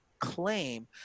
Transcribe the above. claim